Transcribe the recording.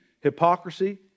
hypocrisy